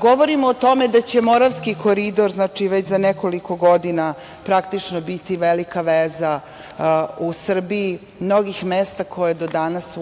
Govorimo o tome da će Moravski koridor već za nekoliko godina biti velika veza u Srbiji mnogih mesta koja do danas